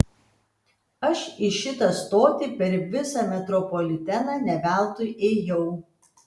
aš į šitą stotį per visą metropoliteną ne veltui ėjau